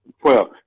Twelve